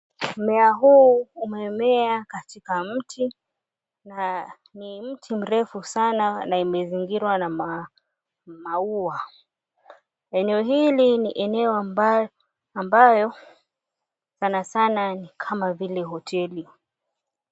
Mmea huu umemea katika mti na ni mti mrefu sana na imezingirwa na maua eneo hili ni eneo ambayo sana sana ni kama vile hoteli.